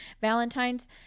Valentine's